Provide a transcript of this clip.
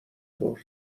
طور